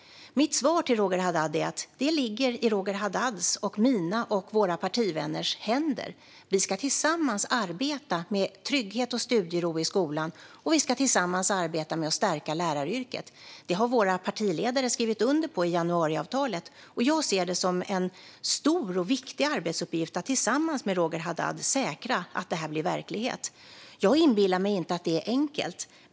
Mitt svar till Roger Haddad är att det ligger i hans, mina och våra partivänners händer. Vi ska tillsammans arbeta med trygghet och studiero i skolan, och vi ska tillsammans arbeta med att stärka läraryrket. Det har våra partiledare skrivit under på i januariavtalet, och jag ser det som en stor och viktig arbetsuppgift att tillsammans med Roger Haddad säkra att det blir verklighet. Jag inbillar mig inte att det är enkelt.